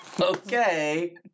Okay